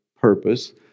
purpose